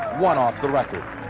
one off the record.